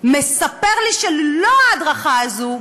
מספר לי שללא ההדרכה הזו,